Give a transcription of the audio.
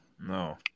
No